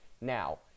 Now